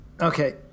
okay